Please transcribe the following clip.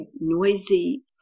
noisy